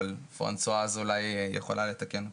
אבל פרנסואז אולי יכולה לתקן אותי.